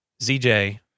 ZJ